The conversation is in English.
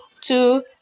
two